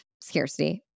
scarcity